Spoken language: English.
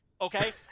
Okay